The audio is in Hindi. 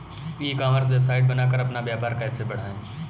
ई कॉमर्स वेबसाइट बनाकर अपना व्यापार कैसे बढ़ाएँ?